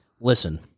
Listen